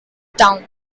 town